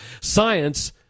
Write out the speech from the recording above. science